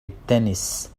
التنس